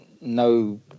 no